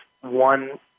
one